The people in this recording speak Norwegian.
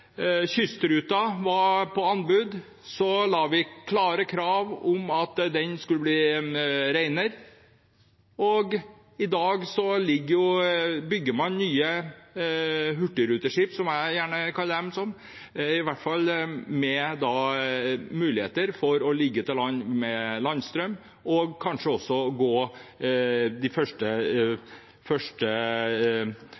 klare krav om at den skulle bli renere, og i dag bygger man nye hurtigruteskip – som jeg kaller dem – som i hvert fall har mulighet til å ligge til land med landstrøm. Kanskje har de også mulighet til å gå de første